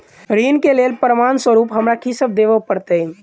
ऋण केँ लेल प्रमाण स्वरूप हमरा की सब देब पड़तय?